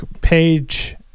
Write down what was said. page